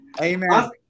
amen